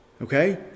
Okay